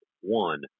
one